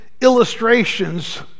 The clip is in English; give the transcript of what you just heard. illustrations